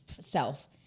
self